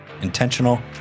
Intentional